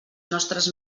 nostres